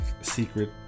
secret